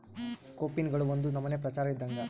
ಕೋಪಿನ್ಗಳು ಒಂದು ನಮನೆ ಪ್ರಚಾರ ಇದ್ದಂಗ